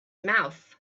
mouth